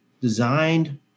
designed